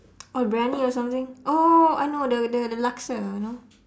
oh briyani or something oh I know the the laksa you know